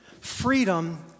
freedom